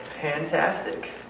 fantastic